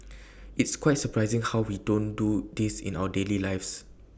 it's quite surprising how we don't do this in our daily lives